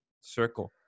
circle